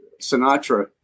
Sinatra